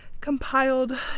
compiled